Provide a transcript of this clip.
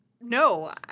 No